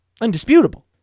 undisputable